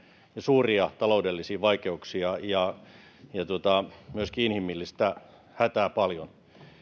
ja suuria taloudellisia vaikeuksia ja myöskin inhimillistä hätää paljon tämä